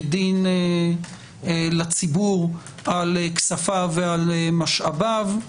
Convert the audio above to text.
ודין לציבור על כספיו ועל משאביו.